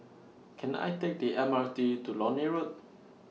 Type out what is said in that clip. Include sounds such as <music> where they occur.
<noise> Can I Take The M R T to Lornie Road